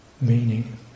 meaning